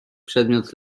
przedmiot